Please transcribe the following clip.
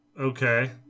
Okay